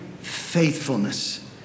faithfulness